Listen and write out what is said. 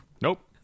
Nope